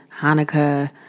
Hanukkah